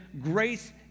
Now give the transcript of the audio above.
grace